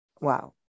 wow